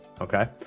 Okay